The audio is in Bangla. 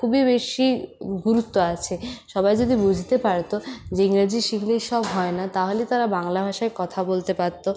খুবই বেশি গুরুত্ব আছে সবাই যদি বুঝতে পারতো যে ইংরাজি শিখলেই সব হয় না তাহলে তারা বাংলা ভাষায় কথা বলতে পারতো